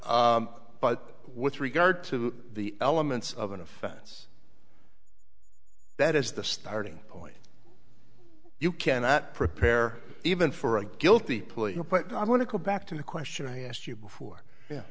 but with regard to the elements of an offense that is the starting point you cannot prepare even for a guilty plea but i want to go back to the question i asked you before yeah